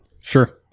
Sure